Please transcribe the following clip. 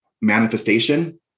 manifestation